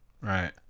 Right